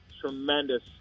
tremendous